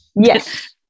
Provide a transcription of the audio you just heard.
Yes